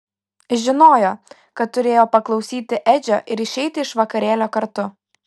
žinojo kad turėjo paklausyti edžio ir išeiti iš vakarėlio kartu